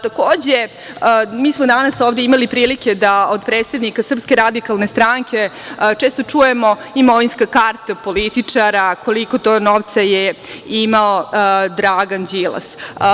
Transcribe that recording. Takođe, mi smo danas ovde imali prilike da od predstavnika SRS često čujemo imovinska karta političara, koliko to novca je imao Dragan Đilas.